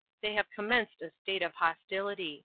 they have commenced a state of hostility.